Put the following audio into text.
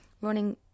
running